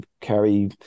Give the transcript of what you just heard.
carry